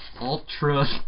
Ultra